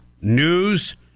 news